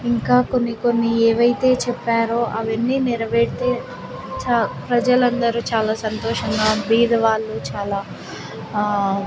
ఇంకా కొన్ని కొన్ని ఏవైతే చెప్పారో అవన్నీ నెరవేరితే చ ప్రజలందరు చాలా సంతోషంగా బీదవాళ్ళు చాలా